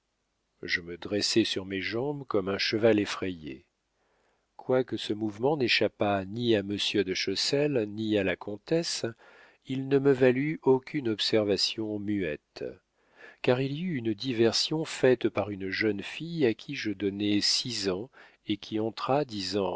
je me dressai sur mes jambes comme un cheval effrayé quoique ce mouvement n'échappât ni à monsieur de chessel ni à la comtesse il ne me valut aucune observation muette car il y eut une diversion faite par une jeune fille à qui je donnai six ans et qui entra